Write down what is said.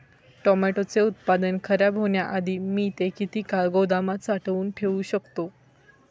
टोमॅटोचे उत्पादन खराब होण्याआधी मी ते किती काळ गोदामात साठवून ठेऊ शकतो?